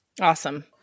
Awesome